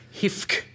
Hifk